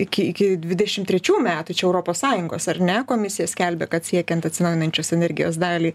iki iki dvidešimt trečių metų čia europos sąjungos ar ne komisija skelbia kad siekiant atsinaujinančios energijos dalį